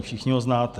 Všichni ho znáte.